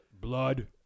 Blood